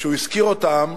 שהוא הזכיר אותם,